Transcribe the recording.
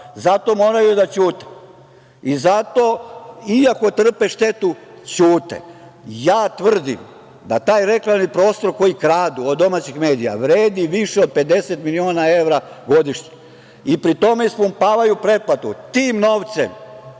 Zato moraju da ćute. I zato, iako trpe štetu, ćute. Ja tvrdim da taj reklamni prostor koji kradu od domaćih medija vredi više od 50 miliona evra godišnje i pri tome ispumpavaju pretplatu. Tim novcem